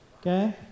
okay